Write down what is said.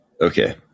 Okay